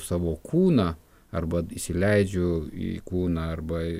savo kūną arba įsileidžiu į kūną arba